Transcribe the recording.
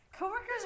Coworkers